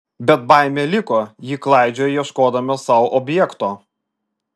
bet baimė liko ji klaidžioja ieškodama sau objekto